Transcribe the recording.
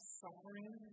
suffering